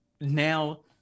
Now